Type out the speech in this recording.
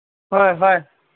ꯍꯣꯏ ꯍꯣꯏ